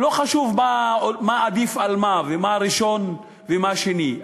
לא חשוב מה עדיף על מה ומה ראשון ומה שני,